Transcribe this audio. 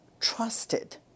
trusted